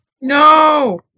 no